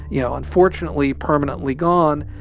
you know, unfortunately, permanently gone.